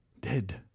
Dead